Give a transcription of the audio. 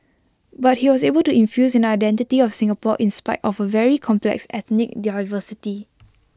but he was able to infuse an identity of Singapore in spite of A very complex ethnic diversity